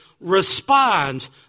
responds